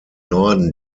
norden